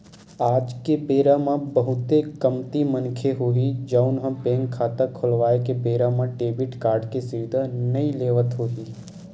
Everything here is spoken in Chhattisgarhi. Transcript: आज के बेरा म बहुते कमती मनखे होही जउन ह बेंक खाता खोलवाए के बेरा म डेबिट कारड के सुबिधा नइ लेवत होही